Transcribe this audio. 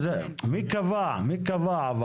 מי קבע אבל?